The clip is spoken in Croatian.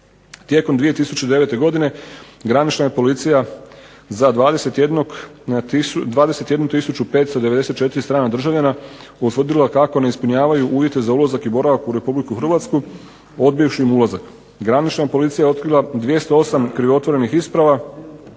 Tijekom 2009. godine granična je policija za 21594 strana državljana utvrdila kako ne ispunjavaju uvjete za ulazak i boravak u Republiku Hrvatsku odbivši mu ulazak. Granična policija je otkrila 208 krivotvorenih isprava